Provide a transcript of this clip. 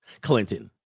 Clinton